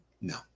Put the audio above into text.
No